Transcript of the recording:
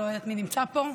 לא יודעת מי נמצא פה.